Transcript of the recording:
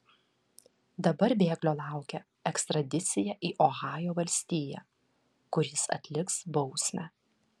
dabar bėglio laukia ekstradicija į ohajo valstiją kur jis atliks bausmę